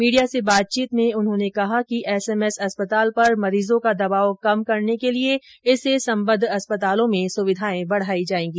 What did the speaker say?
media से बातचीत करते हुए उन्होंने कहा कि एसएमएस अस्पताल पर मरीजों का दबाव कम करने के लिये इससे सम्बद्ध अस्पतालों में स्विधाएं बढाई जायेगी